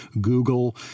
Google